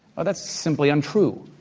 well, that's simply untrue.